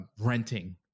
renting